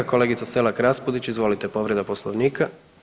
Kolegica Selak Raspudić izvolite povreda poslovnika.